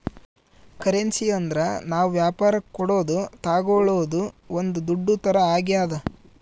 currency ಅಂದ್ರ ನಾವ್ ವ್ಯಾಪರಕ್ ಕೊಡೋದು ತಾಗೊಳೋದು ಒಂದ್ ದುಡ್ಡು ತರ ಆಗ್ಯಾದ